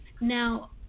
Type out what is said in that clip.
Now